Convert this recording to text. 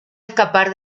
escapar